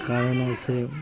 କାରଣ ସେ